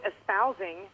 espousing